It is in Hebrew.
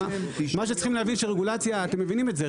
מה שצריכים להבין שהרגולציה אתם מבינים את זה,